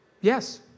yes